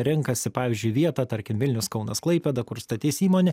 renkasi pavyzdžiui vietą tarkim vilnius kaunas klaipėda kur statys įmonę